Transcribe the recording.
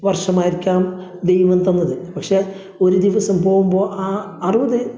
വർഷമായിരിക്കാം ദൈവം തന്നത് പക്ഷേ ഒരു ദിവസം പോവുമ്പോൾ ആ അറുപത്